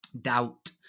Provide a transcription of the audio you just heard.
doubt